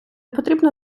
потрібно